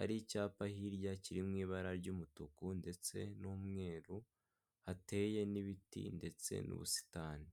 ari icyapa hirya kiri mu ibara ry'umutuku ndetse n'umweru hateye n'ibiti ndetse n'ubusitani.